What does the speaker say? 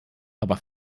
aber